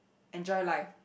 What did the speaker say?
enjoy life